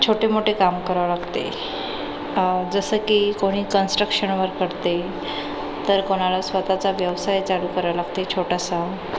छोटे मोठे काम करावे लागते जसं की कोणी कन्स्ट्रक्शन वर्क करते तर कोणाला स्वतःचा व्यवसाय चालू करायला लागते छोटासा